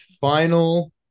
final